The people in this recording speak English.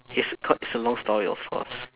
it's quite it's a long story of course